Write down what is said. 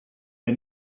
der